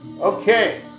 Okay